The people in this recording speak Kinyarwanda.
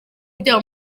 byabo